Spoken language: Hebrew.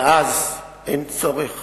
ואז אין צורך